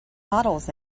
models